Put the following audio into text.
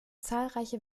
zahlreiche